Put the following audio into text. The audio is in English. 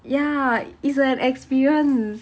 ya it's an experience